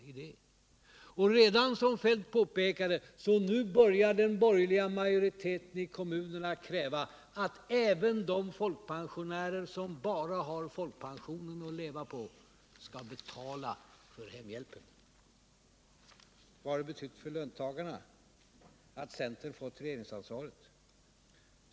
Som Kjell-Olof Feldt påpekar börjar redan nu den borgerliga majoriteten i kommunerna att kräva att även de folkpensionärer som bara har folkpensionen att leva på skall betala för hemhjälpen. Vad har det betytt för löntagarna att centern fått regeringsansvaret?